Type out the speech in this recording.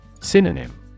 Synonym